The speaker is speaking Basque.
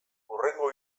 hurrengo